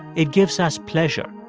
it gives us pleasure